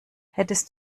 hättest